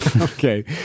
Okay